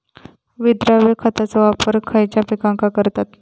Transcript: विद्राव्य खताचो वापर खयच्या पिकांका करतत?